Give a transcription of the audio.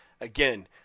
Again